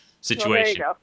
situation